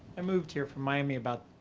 i moved here from miami about